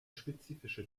spezifische